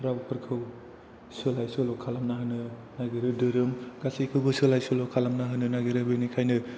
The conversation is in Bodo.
रावफोरखौ सोलाय सोल' खालामना होनो नागिरो धोरोम गासैखौबो सोलाय सोल' खालामना होनो नागिरो बेनिखायनो